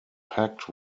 packed